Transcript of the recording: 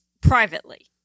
privately